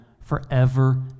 forever